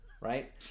right